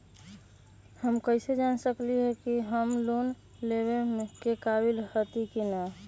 हम कईसे जान सकली ह कि हम लोन लेवे के काबिल हती कि न?